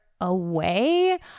away